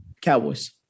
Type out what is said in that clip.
Cowboys